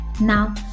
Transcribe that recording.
now